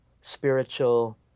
spiritual